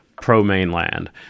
pro-Mainland